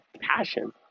Passion